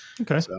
Okay